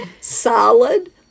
solid